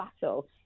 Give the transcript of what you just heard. battle